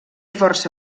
força